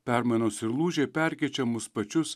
permainos ir lūžiai perkeičia mus pačius